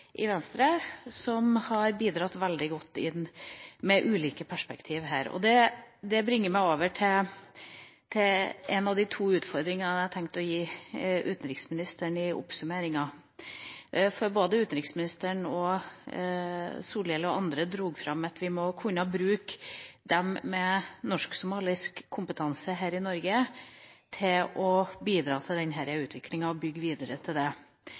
i Venstre, har bidratt veldig godt med ulike perspektiv her. Det bringer meg over til en av de to utfordringene jeg har tenkt å gi utenriksministeren i oppsummeringen. Både utenriksministeren, Solhjell og andre dro fram at vi må kunne bruke dem med norsk-somalisk kompetanse her i Norge til å bidra til denne utviklinga og bygge videre på det.